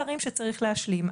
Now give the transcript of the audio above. ויש פערים שצריך להשלים,